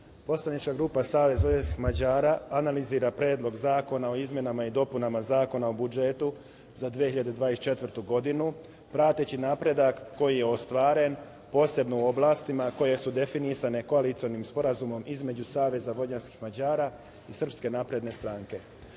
poslanička grupa SVM analizira Predlog zakona o izmenama i dopunama Zakona o budžetu za 2024. godinu, prateći napredak koji je ostvaren, posebno u oblastima koje su definisane koalicionim sporazumom između SVM i Srpske napredne stranke.